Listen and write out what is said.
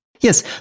Yes